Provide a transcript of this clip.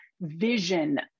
vision